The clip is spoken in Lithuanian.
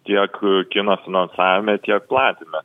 tiek kino finansavime tiek platinime